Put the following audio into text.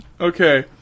Okay